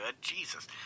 Jesus